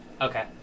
Okay